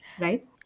right